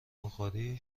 بخاری